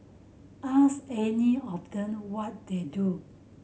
ask any of them what they do